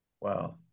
Wow